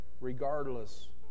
Regardless